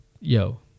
yo